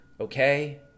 okay